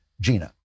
GINA